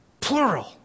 Plural